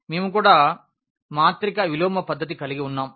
మేము కూడా మాత్రిక విలోమ పద్దతి కలిగివున్నాం